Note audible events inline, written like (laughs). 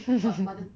(laughs)